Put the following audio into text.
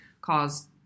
caused